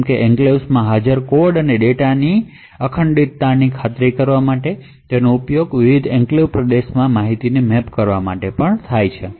જેમ કે એન્ક્લેવ્સ માં હાજર કોડ અને ડેટાની અખંડિતતાની ખાતરી કરવા માટે અને તેનો ઉપયોગ વિવિધ એન્ક્લેવ્સ પ્રદેશોમાં માહિતીને મેપ કરવા માટે પણ થાય છે